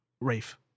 Rafe